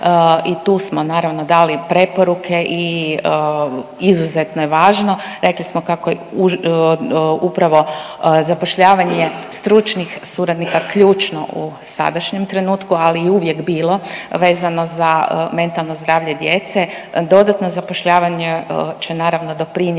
i tu smo naravno dali preporuke i izuzetno je važno. Rekli smo kako upravo zapošljavanje stručnih suradnika ključno u sadašnjem trenutku, ali i uvijek bilo vezano za mentalno zdravlje djece. Dodatno zapošljavanje će naravno doprinijeti,